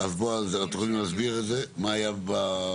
אנחנו רוצים להבהיר לה שהיא לא